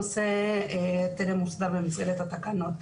הנושא טרם הוסדר במסגרת התקנות.